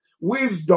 Wisdom